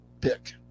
pick